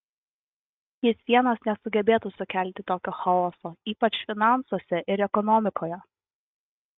jis vienas nesugebėtų sukelti tokio chaoso ypač finansuose ir ekonomikoje